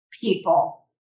people